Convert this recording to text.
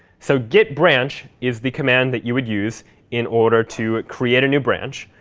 so git branch is the command that you would use in order to create a new branch.